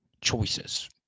choices